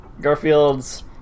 Garfield's